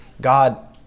God